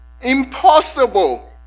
impossible